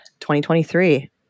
2023